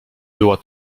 była